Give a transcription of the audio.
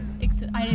Excited